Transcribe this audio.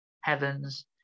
heavens